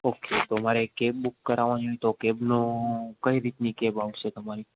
okay તો મારે cab book કરાવાની હોય તો કેબનો કઈ રીતની કેબ આવસે